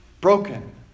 broken